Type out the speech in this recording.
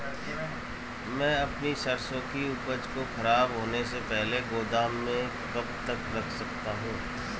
मैं अपनी सरसों की उपज को खराब होने से पहले गोदाम में कब तक रख सकता हूँ?